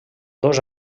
dos